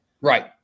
Right